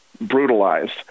brutalized